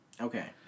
Okay